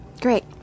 Great